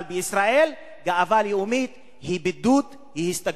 אבל בישראל גאווה לאומית היא בידוד והיא הסתגרות.